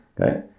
Okay